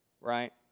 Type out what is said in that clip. right